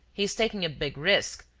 he is taking a big risk,